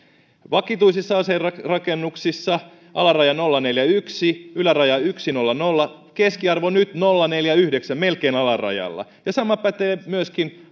vakituisissa asuinrakennuksissa alaraja nolla pilkku neljäkymmentäyksi yläraja yksi pilkku nolla nolla keskiarvo nyt nolla pilkku neljäkymmentäyhdeksän melkein alarajalla sama pätee myöskin